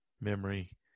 memory